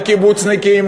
לקיבוצניקים,